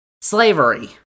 slavery